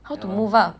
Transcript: how to move up